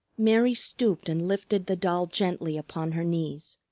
mary stooped and lifted the doll gently upon her knees.